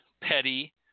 petty